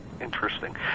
Interesting